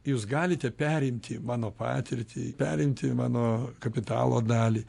jūs galite perimti mano patirtį perimti mano kapitalo dalį